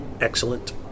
excellent